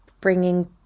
bringing